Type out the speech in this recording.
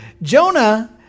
Jonah